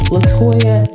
LaToya